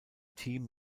team